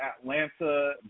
Atlanta